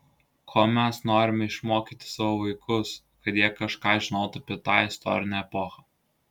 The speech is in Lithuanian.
ko mes norime išmokyti savo vaikus kad jie kažką žinotų apie tą istorinę epochą